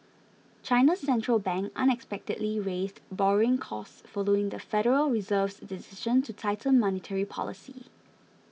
China's Central Bank unexpectedly raised borrowing costs following the Federal Reserve's decision to tighten monetary policy